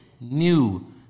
new